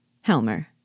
Helmer